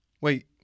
Wait